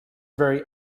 very